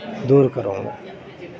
دور کروں گا